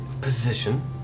position